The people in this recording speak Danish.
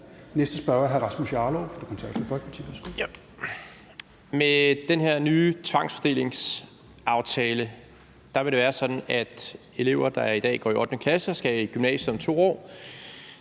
Værsgo. Kl. 10:29 Rasmus Jarlov (KF): Med den her nye tvangsfordelingsaftale vil det være sådan, at elever, der i dag går i 8. klasse og skal i gymnasium om 2 år,